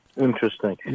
Interesting